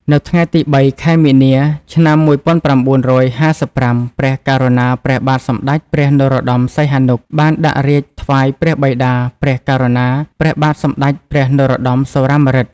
នៅថ្ងៃទី៣ ខែមីនា ឆ្នាំ១៩៥៥ ព្រះករុណា ព្រះបាទសម្ដេចព្រះនរោត្តម សីហនុ បានដាក់រាជ្យថ្វាយព្រះបិតា ព្រះករុណា ព្រះបាទសម្ដេចព្រះនរោត្តម សុរាម្រិត។